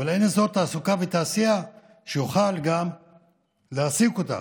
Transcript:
אבל אין אזור תעסוקה ותעשייה שיוכל להעסיק אותה,